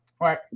Right